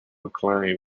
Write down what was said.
acclaim